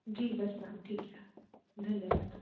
जी बस मैम ठीक है धन्यवाद